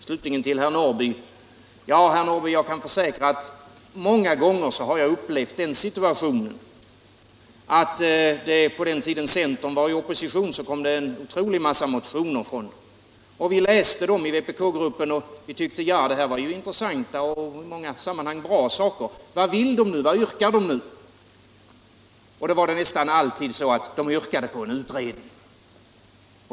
Jag kan slutligen försäkra herr Norrby att jag på den tiden centern var i opposition tog del av en otrolig mängd motioner från centern om stöd till idrotten. Vi inom vpk-gruppen läste dem och tyckte att de var intressanta och i många stycken bra. Vad yrkar man då, frågade vi oss. Jo, nästan alltid yrkade man på en utredning.